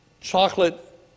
chocolate